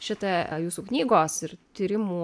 šita jūsų knygos ir tyrimų